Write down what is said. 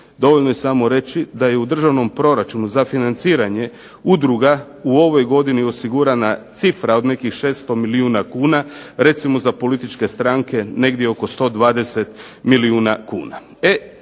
Dovoljno je samo reći da je u državnom proračunu za financiranje udruga u ovoj godini osigurana cifra od nekih 600 milijuna kuna. Recimo za političke stranke negdje oko 120 milijuna kuna.